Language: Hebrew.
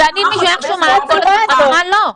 ואני כל הזמן ממך שומעת למה לא.